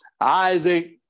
Isaac